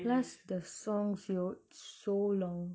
plus the songs yo it's so long